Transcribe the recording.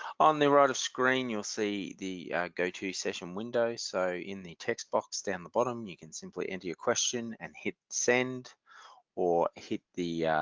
on the right of screen you'll see the go to session window. so in the text box down the bottom you can simply enter your question and hit send or hit the